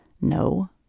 No